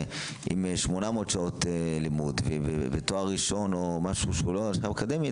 עם 800 שעות לימוד ותואר ראשון או משהו לא אקדמי,